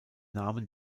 namen